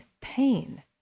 pain